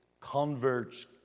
converts